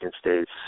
State's